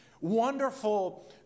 wonderful